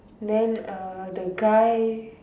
then uh the guy